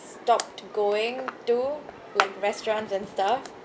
stopped going to like restaurant and stuff